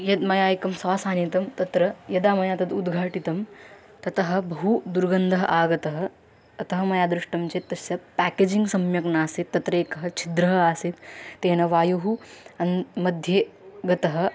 यत् मया एकं सास् आनीतं तत्र यदा मया तत् उद्घाटितं ततः बहु दुर्गन्धः आगतः अतः मया दृष्टं चेत् तस्य पेकेजिङ्ग् सम्यक् नासीत् तत्र एकः छिद्रः आसीत् तेन वायुः अन्ते मध्ये गतः